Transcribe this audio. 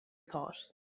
thought